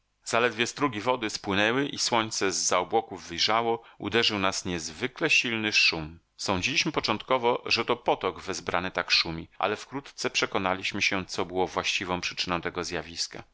zaledwie strugi wody spłynęły i słońce z za obłoków wyjrzało uderzył nas niezwykle silny szum sądziliśmy początkowo że to potok wezbrany tak szumi ale wkrótce przekonaliśmy się co było właściwą przyczyną tego zjawiska